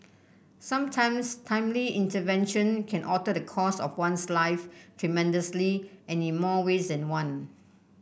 sometimes timely intervention can alter the course of one's life tremendously and in more ways than one